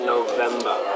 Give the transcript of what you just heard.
November